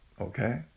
okay